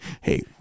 Hey